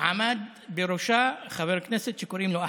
עמד בראשה חבר כנסת שקוראים לו אחמד.